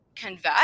convert